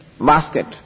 basket